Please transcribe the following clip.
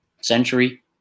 century